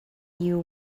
you